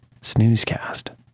snoozecast